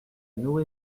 noë